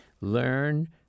learn